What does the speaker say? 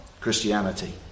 Christianity